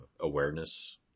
awareness